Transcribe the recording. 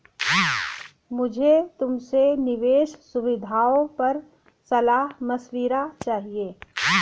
मुझे तुमसे निवेश सुविधाओं पर सलाह मशविरा चाहिए